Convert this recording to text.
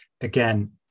again